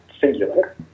singular